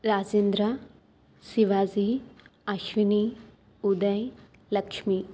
Rasendra Shivaji Ashwini Uday Lakshmi